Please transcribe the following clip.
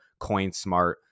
Coinsmart